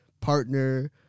partner